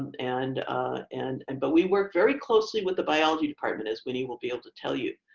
and and and but we work very closely with the biology department as winnie will be able to tell you.